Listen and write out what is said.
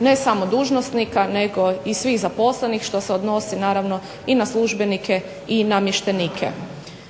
ne samo dužnosnika, nego i svih zaposlenih, što se odnosi naravno i na službenike i namještenike.